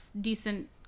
decent